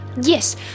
Yes